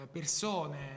persone